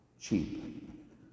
cheap